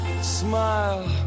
Smile